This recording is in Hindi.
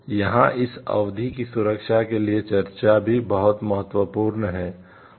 इसलिए यहाँ इस अवधि की सुरक्षा के लिए चर्चा भी बहुत महत्वपूर्ण है